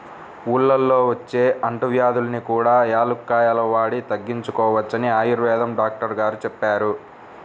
ఊళ్ళల్లో వచ్చే అంటువ్యాధుల్ని కూడా యాలుక్కాయాలు వాడి తగ్గించుకోవచ్చని ఆయుర్వేదం డాక్టరు గారు చెప్పారు